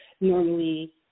normally